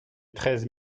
treize